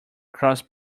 cross